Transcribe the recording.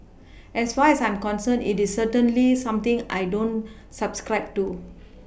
as far as I'm concerned it is certainly something I don't subscribe to